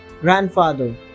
Grandfather